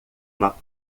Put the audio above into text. uma